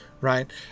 right